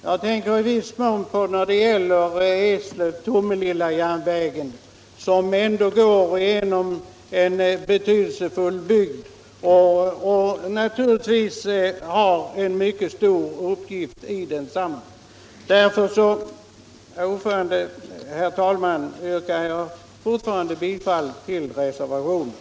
Jag tänker i viss mån på järnvägen Eslöv-Tomelilla som går genom en betydelsefull bygd och har en mycket stor uppgift att fylla där. Mot denna bakgrund, herr talman, vidhåller jag mitt yrkande om bifall till reservationen 2.